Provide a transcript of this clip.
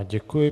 Děkuji.